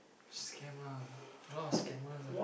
scam ah a lot of scammers lah